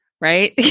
Right